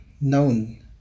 known